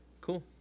cool